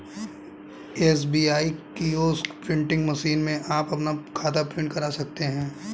SBI kiosk printing machine में आप अपना खाता प्रिंट करा सकते हैं